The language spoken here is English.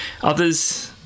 others